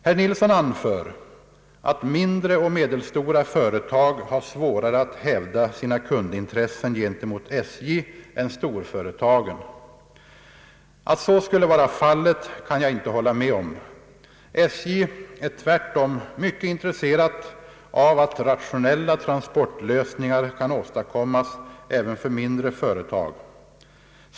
Herr Nilsson anför att mindre och medelstora företag har svårare att hävda sina kundintressen gentemot SJ än storföretagen. Att så skulle vara fallet kan jag inte hålla med om, SJ är tvärtom mycket intresserat av att rationella transportlösningar kan åstadkommas även för mindre företag.